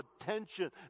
attention